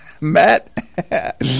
matt